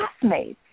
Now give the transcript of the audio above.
classmates